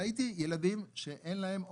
ראיתי ילדים שאין להם אוכל,